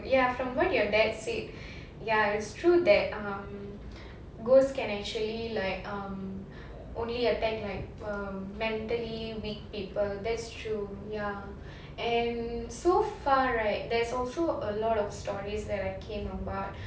ya from what your dad said ya it's true that um ghost can actually like um only attack like err mentally weak people that's true ya and so far right there's also a lot of stories that I came about